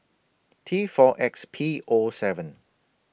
T four X P O seven